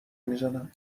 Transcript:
میزنم